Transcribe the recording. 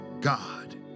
God